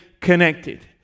connected